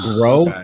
grow